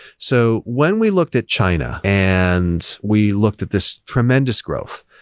so when we looked at china and we looked at this tremendous growth,